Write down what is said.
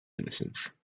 innocence